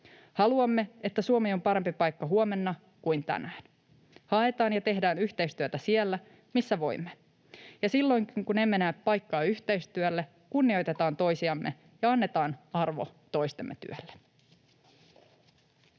haluamme, että Suomi on parempi paikka huomenna kuin tänään. Haetaan ja tehdään yhteistyötä siellä, missä voimme, ja silloinkin, kun emme näe paikkaa yhteistyölle, kunnioitetaan toisiamme ja annetaan arvo toistemme työlle.